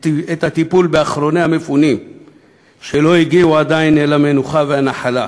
את הטיפול באחרוני המפונים שלא הגיעו עדיין אל המנוחה והנחלה,